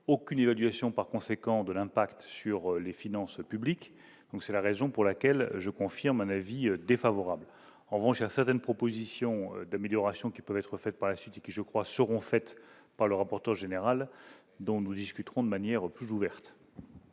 aucune évaluation par conséquent de l'impact sur les finances publiques, donc c'est la raison pour laquelle je confirme un avis défavorable en revanche, certaines propositions d'améliorations qui peuvent être faites par la suite, qui je crois seront faites par le rapporteur général, dont nous discuterons de manière plus ouverte.